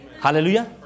Hallelujah